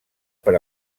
per